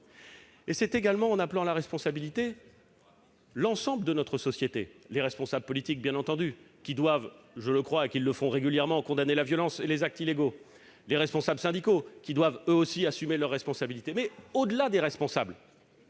; c'est également en appelant à la responsabilité l'ensemble de notre société, les responsables politiques, bien entendu, qui doivent, je le crois, et ils le font régulièrement, condamner la violence et les actes illégaux, et les responsables syndicaux, qui doivent, eux aussi, assumer leurs responsabilités. Au-delà de ces